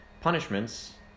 punishments